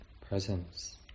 presence